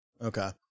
Okay